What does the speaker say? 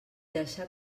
deixar